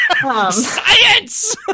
Science